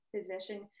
physician